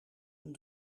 een